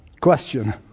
Question